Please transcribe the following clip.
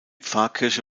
pfarrkirche